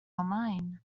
online